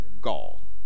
gall